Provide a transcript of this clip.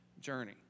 journey